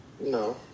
No